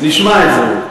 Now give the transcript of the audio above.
נשמע את זה.